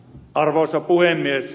arvoisa puhemies